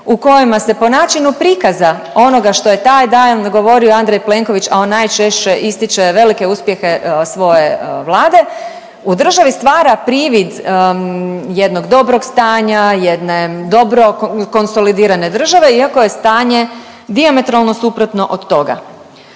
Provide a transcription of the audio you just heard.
u kojima se po načinu prikaza onoga što je taj dan govorio Andrej Plenković, a on najčešće ističe velike uspjehe svoje Vlade, u državi stvara privid jednog dobrog stanja, jedne dobro konsolidirane države iako je stanje dijametralno suprotno od toga.